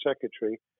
secretary